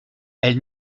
elles